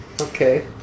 Okay